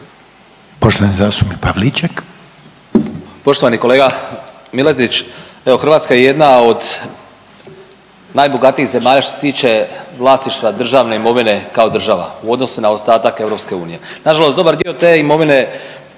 Poštovani zastupnik Pavliček.